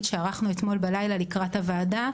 שערכנו אתמול בלילה לקראה הוועדה,